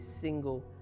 single